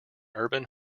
urban